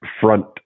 front